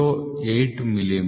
080 millimetre